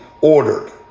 ordered